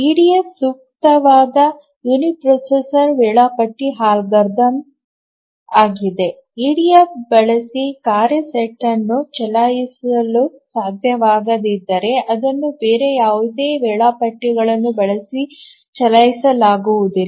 EDF ಸೂಕ್ತವಾದ uniprocessor ವೇಳಾಪಟ್ಟಿ algorithm ಆಗಿದೆ ಇಡಿಎಫ್ ಬಳಸಿ ಕಾರ್ಯ ಸೆಟ್ ಅನ್ನು ಚಲಾಯಿಸಲು ಸಾಧ್ಯವಾಗದಿದ್ದರೆ ಅದನ್ನು ಬೇರೆ ಯಾವುದೇ ವೇಳಾಪಟ್ಟಿಗಳನ್ನು ಬಳಸಿ ಚಲಾಯಿಸಲಾಗುವುದಿಲ್ಲ